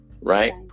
Right